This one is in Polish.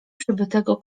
przebytego